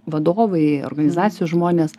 vadovai organizacijos žmonės